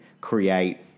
create